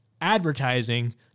ADVERTISING